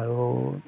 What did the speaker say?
আৰু